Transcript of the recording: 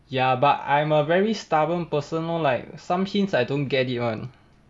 ya but I am a very stubborn person know like some hints I don't get it [one]